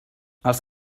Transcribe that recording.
els